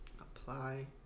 Apply